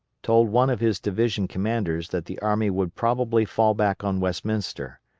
told one of his division commanders that the army would probably fall back on westminster.